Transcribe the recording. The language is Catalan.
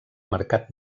mercat